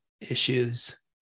issues